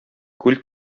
күл